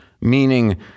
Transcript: Meaning